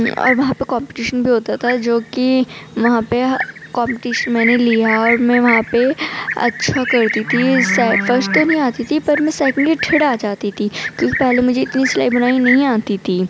اور وہاں پہ کومپٹیشن بھی ہوتا تھا جو کہ وہاں پہ کومپٹیشن میں نے لیا اور میں وہاں پہ اچّھا کرتی تھی فرسٹ تو نہیں آتی تھی پر میں سیکنڈ یا ٹھرڈ آ جاتی تھی کیونکہ پہلے مجھے اتنی سلائی بنائی نہیں آتی تھی